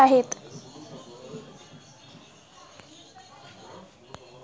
माझ्या कारल्याच्या पिकामध्ये बुरशीजन्य रोगाची लक्षणे कोणती आहेत?